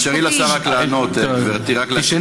תאפשרי לשר לענות, גברתי.